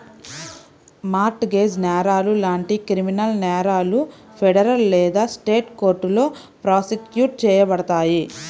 mart gauge నేరాలు లాంటి criminal నేరాలు ఫెడరల్ లేదా స్టేట్ కోర్టులో ప్రాసిక్యూట్ చేయబడతాయి